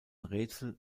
rätsel